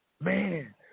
man